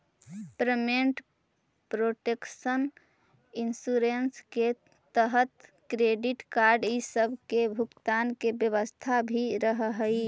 payment protection insurance के तहत credit card इ सब के भुगतान के व्यवस्था भी रहऽ हई